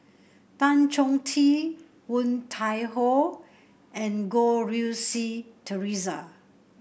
Tan Chong Tee Woon Tai Ho and Goh Rui Si Theresa